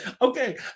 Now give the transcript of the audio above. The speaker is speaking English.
Okay